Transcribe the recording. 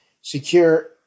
Secure